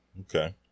Okay